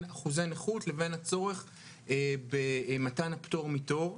אחוזי נכות לבין הצורך במתן הפטור מתור.